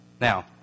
Now